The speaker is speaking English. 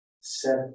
set